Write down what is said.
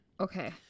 Okay